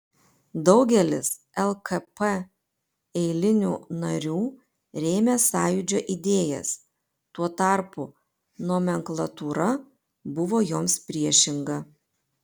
daugelis lkp eilinių narių rėmė sąjūdžio idėjas tuo tarpu nomenklatūra buvo joms priešinga